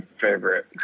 favorite